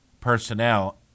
personnel